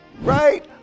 right